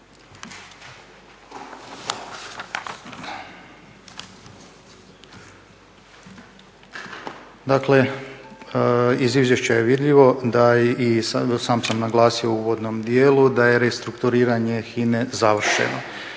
Dakle, iz izvješća je vidljivo i sam sam naglasio u uvodnom dijelu da je restrukturiranje HINA-e završeno.